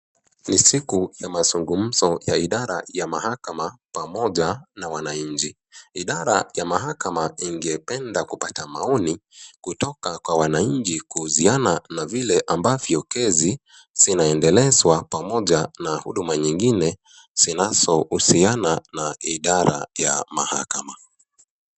Ni siku ya mazugumzo ya idara ya mahakama pamoja na wananchi. Idara ya mahakama ingependa kupata maoni kutoka kwa wananchi kuhusiana na vile ambavyo kesi zinaendelezwa pamoja na huduma nyingine zinazohusiana na idara ya mahakama.